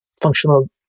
functional